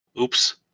Oops